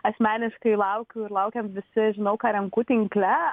asmeniškai laukiu laukiam visi žinau ką renku tinkle